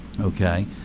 Okay